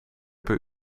per